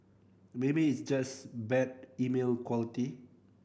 maybe it's just bad email quality